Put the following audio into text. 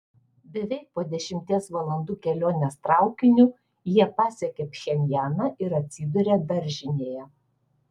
beveik po dešimties valandų kelionės traukiniu jie pasiekė pchenjaną ir atsidūrė daržinėje